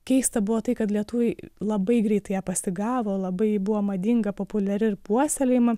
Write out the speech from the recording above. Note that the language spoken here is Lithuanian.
keista buvo tai kad lietuviai labai greitai ją pasigavo labai ji buvo madinga populiari ir puoselėjama